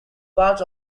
parts